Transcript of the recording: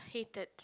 hated